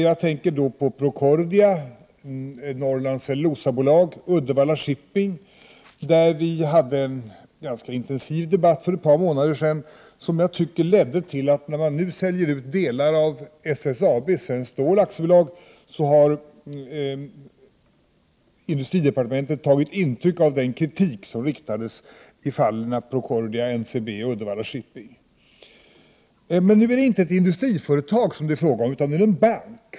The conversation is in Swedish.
Jag tänker då på Procordia, Norrlands Cellulosa Bolag och Uddevalla Shipping, där vi hade en ganska intensiv debatt för ett par månader sedan som jag tycker ledde till att industridepartementet, när man nu säljer ut delar av SSAB, Svenskt Stål AB, har tagit intryck av den kritik som i de fallen riktades mot hanteringen av Procordia, NCB och Uddevalla Shipping. Men nu är det inte fråga om ett industriföretag utan om en bank.